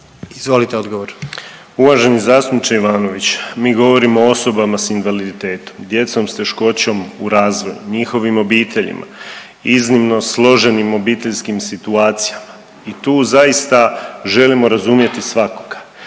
Marin (HDZ)** Uvaženi zastupniče Ivanović, mi govorimo o osobama s invaliditetom, djecom s teškoćom u razvoju, njihovim obiteljima, iznimno složenim obiteljskim situacijama i tu zaista želimo razumjeti svakoga.